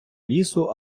лісу